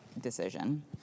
decision